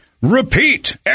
repeat